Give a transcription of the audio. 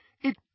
It